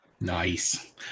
Nice